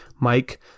Mike